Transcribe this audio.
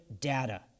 data